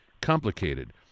complicated